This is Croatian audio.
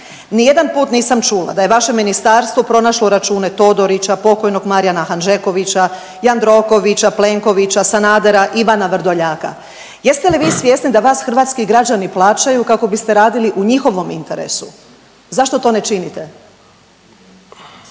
Ni jedan put nisam čula da je vaše ministarstvo pronašlo račune Todorića, pokojnog Marijana Hanžekovića, Jandrokovića, Plenkovića, Sanadera, Ivana Vrdoljaka. Jeste li vi svjesni da vas hrvatski građani plaćaju kako biste radili u njihovom interesu. Zašto to ne činite?